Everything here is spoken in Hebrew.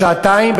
שעתיים,